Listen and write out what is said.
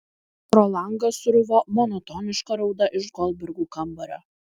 pro langą sruvo monotoniška rauda iš goldbergų kambario